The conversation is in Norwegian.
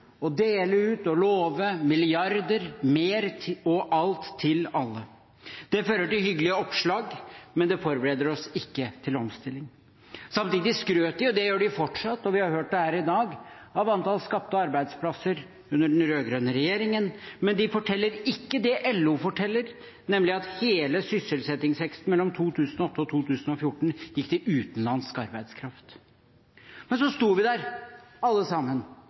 og dele ut og love milliarder mer, og alt til alle. Det fører til hyggelige oppslag, men det forbereder oss ikke til omstilling. Samtidig skrøt de – og det gjør de fortsatt, og vi har hørt det her i dag – av antall skapte arbeidsplasser under den rød-grønne regjeringen. Men de forteller ikke det LO forteller, nemlig at hele sysselsettingsveksten mellom 2008 og 2014 gikk til utenlandsk arbeidskraft. Men så sto vi der, alle sammen,